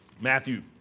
Matthew